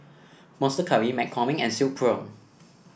Monster Curry McCormick and Silkpro